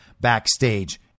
backstage